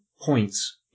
points